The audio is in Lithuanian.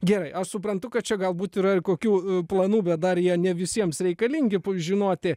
gerai aš suprantu kad čia galbūt yra ir kokių planų bet dar jie ne visiems reikalingi žinoti